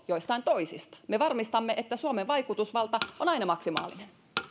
joistain toisista me varmistamme että suomen vaikutusvalta on aina maksimaalinen